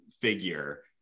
figure